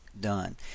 done